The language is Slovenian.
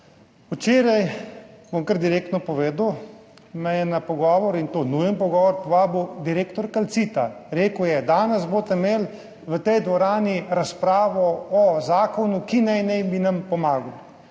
Včeraj, bom kar direktno povedal, me je na pogovor, in to nujen pogovor, povabil direktor Calcita. Rekel je, danes boste imeli v tej dvorani razpravo o zakonu, ki naj bi nam pomagal,